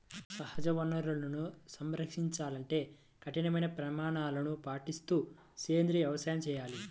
సహజ వనరులను సంరక్షించాలంటే కఠినమైన ప్రమాణాలను పాటిస్తూ సేంద్రీయ వ్యవసాయం చేయాలి